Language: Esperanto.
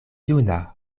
juna